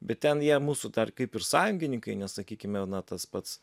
bet ten jie mūsų dar kaip ir sąjungininkai nes sakykime na tas pats